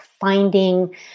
finding